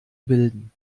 bilden